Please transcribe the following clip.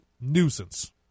nuisance